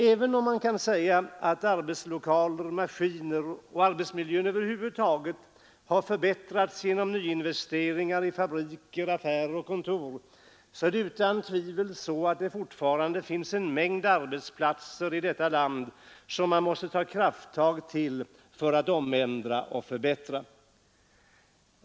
Även om det kan sägas att arbetslokaler, maskiner och arbetsmiljö över huvud taget har förbättrats genom nyinvesteringar i fabriker, affärer och kontor, så finns det utan tvivel fortfarande en mängd arbetsplatser i detta land som det fordras krafttag för att omändra och förbättra.